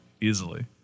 easily